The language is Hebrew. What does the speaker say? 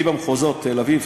כי במחוזות תל-אביב,